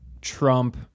Trump